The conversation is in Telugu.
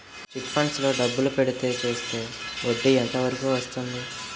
చిట్ ఫండ్స్ లో డబ్బులు పెడితే చేస్తే వడ్డీ ఎంత వరకు వస్తుంది?